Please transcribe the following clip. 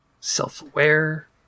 self-aware